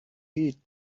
heat